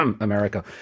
America